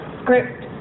script